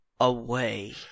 away